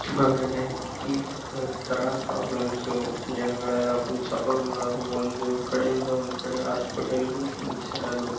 ಆಮೇಲೆ ಫುಲ್ ಒಂಥರ ಪ್ರಾಬ್ಲಮ್ಸು ಜನಗಳೆಲ್ಲ ಫುಲ್ ಸಫರ್ ಮಾಡೋರು ಒಂದು ಕಡೆಯಿಂದ ಒಂದು ಕಡೆ ಹಾಸ್ಪೆಟಲ್ಲಿಗೆ ಹೋಗಿ ಇರೋದು